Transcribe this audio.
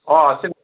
অ' আছিল